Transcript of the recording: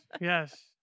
Yes